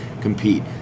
compete